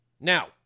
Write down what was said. now